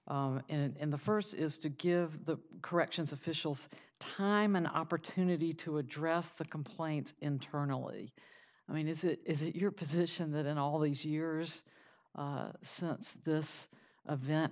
nussle in the first is to give the corrections officials time an opportunity to address the complaints internally i mean is it is it your position that in all these years since this event